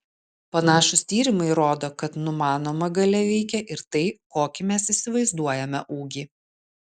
panašūs tyrimai rodo kad numanoma galia veikia ir tai kokį mes įsivaizduojame ūgį